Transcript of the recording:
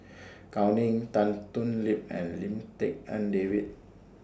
Gao Ning Tan Thoon Lip and Lim Tik En David